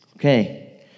Okay